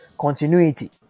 continuity